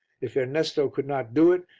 if ernesto could not do it,